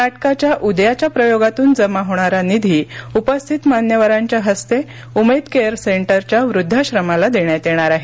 नाटकाच्या उद्याच्या प्रयोगातून जमा होणारा निधी उपस्थित मान्यवरांच्या हस्ते उमेद केअर सेंटरच्या वृद्धाश्रमाला देण्यात येणार आहे